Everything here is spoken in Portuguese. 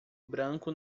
branco